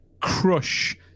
crush